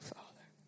Father